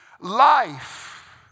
life